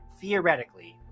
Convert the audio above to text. theoretically